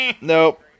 nope